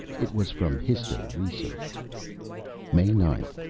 it was from histo-research may nine,